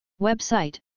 Website